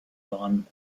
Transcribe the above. daran